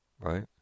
Right